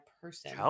person